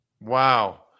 Wow